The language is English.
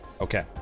Okay